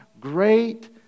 great